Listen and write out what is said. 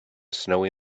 snowy